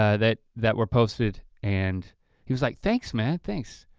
ah that that were posted and he was like, thanks man, thanks.